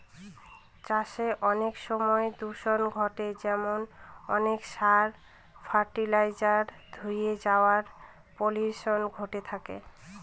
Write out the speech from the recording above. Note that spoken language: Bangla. চাষে অনেক সময় দূষন ঘটে যেমন অনেক সার, ফার্টিলাইজার ধূয়ে ওয়াটার পলিউশন ঘটে থাকে